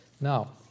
Now